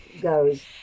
goes